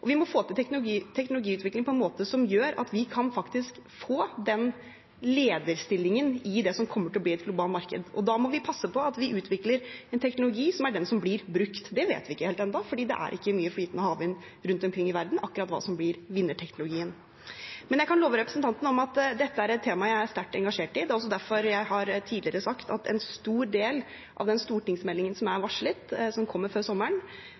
og vi må få til teknologiutvikling på en måte som gjør at vi faktisk kan få den lederstillingen i det som kommer til å bli et globalt marked. Da må vi passe på at vi utvikler en teknologi som er den som blir brukt. Vi vet ikke helt ennå akkurat hva som blir vinnerteknologien, for det er ikke mye flytende havvind rundt omkring i verden. Jeg kan love representanten at dette er et tema jeg er sterkt engasjert i. Det er også derfor jeg tidligere har sagt at en stor del av den stortingsmeldingen som er varslet, som kommer før sommeren,